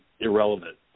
irrelevant